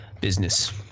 Business